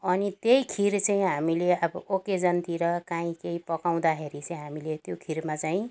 अनि त्यही खिर चाहिँ हामीले अब अकेजनतिर काहीँ केही पकाउँदाखेरि चाहिँ हामीले त्यो खिरमा चाहिँ